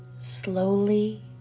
slowly